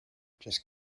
just